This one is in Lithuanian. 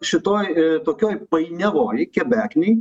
šitoj tokioj painiavoj kebeknėj